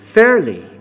fairly